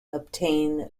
obtain